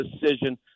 decision